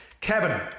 Kevin